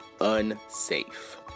unsafe